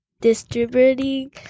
distributing